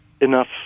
enough